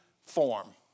form